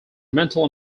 mental